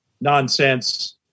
nonsense